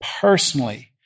personally